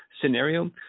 scenario